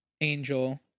Angel